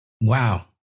wow